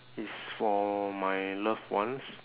it's for my loved ones